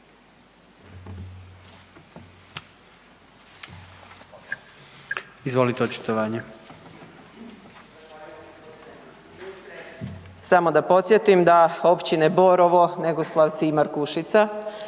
Dragana (SDSS)** … samo da podsjetim da Općine Borovo, Negoslavci i Markušica